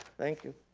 thank you.